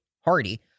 Hardy